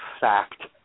fact